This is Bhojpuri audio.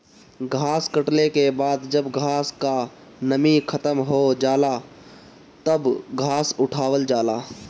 घास कटले के बाद जब घास क नमी खतम हो जाला तब घास उठावल जाला